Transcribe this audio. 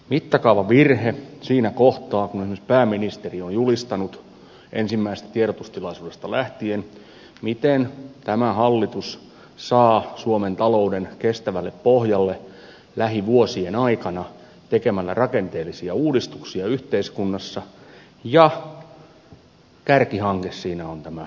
mittakaavavirhe on siinä kohtaa kun esimerkiksi pääministeri on julistanut ensimmäisestä tiedotustilaisuudesta lähtien miten tämä hallitus saa suomen talouden kestävälle pohjalle lähivuosien aikana tekemällä rakenteellisia uudistuksia yhteiskunnassa ja kärkihanke siinä on tämä kuntarakenneuudistus